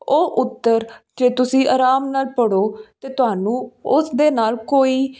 ਉਹ ਉੱਤਰ ਜੇ ਤੁਸੀਂ ਆਰਾਮ ਨਾਲ ਪੜ੍ਹੋ ਤਾਂ ਤੁਹਾਨੂੰ ਉਸ ਦੇ ਨਾਲ ਕੋਈ